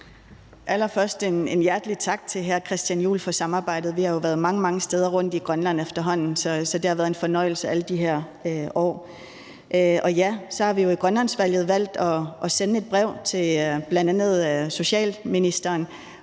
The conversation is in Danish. Allerførst en hjertelig tak til hr. Christian Juhl for samarbejdet. Vi har jo været mange, mange steder rundtomkring i Grønland efterhånden, så det har været en fornøjelse alle de her år. Ja, vi har i Grønlandsudvalget bl.a. valgt at sende et brev til socialministeren